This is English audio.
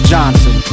Johnson